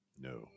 No